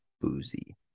boozy